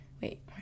wait